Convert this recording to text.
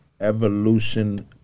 evolution